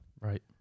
Right